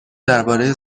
درباره